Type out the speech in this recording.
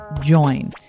join